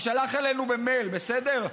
יישלח אלינו במייל, בסדר?